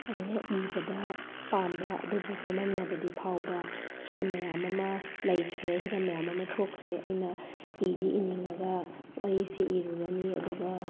ꯑꯩꯅ ꯏꯕꯗ ꯄꯥꯝꯕ ꯑꯗꯨꯕꯨ ꯆꯃꯝꯅꯕꯗꯤ ꯐꯥꯎꯕ ꯍꯤꯔꯝ ꯃꯌꯥꯝ ꯑꯃ ꯂꯩꯈ꯭ꯔꯦ ꯍꯤꯔꯝ ꯃꯌꯥꯝ ꯑꯃ ꯊꯣꯛꯈ꯭ꯔꯦ ꯑꯩꯅ ꯏꯗꯤ ꯏꯅꯤꯡꯉꯒ ꯋꯥꯔꯤꯁꯤ ꯏꯔꯨꯔꯅꯤ ꯑꯗꯨꯒ